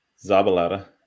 Zabalata